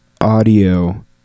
audio